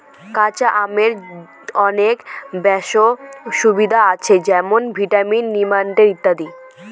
কাঁচা আমের অনেক স্বাস্থ্য সুবিধা আছে যেমন ভিটামিন, মিনারেল ইত্যাদি